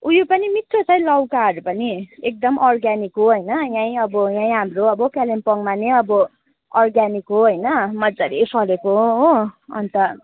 उयो पनि मिठो छ है लौकाहरू पनि एकदम अर्ग्यानिक हो होइन यहीँ अब यहीँ हाम्रो अब कालिम्पोङमा नै अब अर्ग्यानिक हो होइन मजाले फलेको हो अन्त